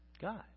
God